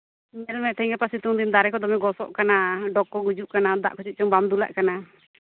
ᱧᱮᱞ ᱢᱮ ᱛᱮᱦᱮᱧᱼᱜᱟᱯᱟ ᱥᱤᱛᱩᱝ ᱫᱤᱱ ᱫᱟᱨᱮ ᱠᱚ ᱫᱚᱢᱮ ᱜᱚᱥᱚᱜ ᱠᱟᱱᱟ ᱰᱚᱜᱽ ᱠᱚ ᱜᱩᱡᱩᱜ ᱠᱟᱱᱟ ᱫᱟᱜ ᱠᱚ ᱪᱮᱫ ᱪᱚᱝ ᱵᱟᱢ ᱫᱩᱞᱟᱜ ᱠᱟᱱᱟ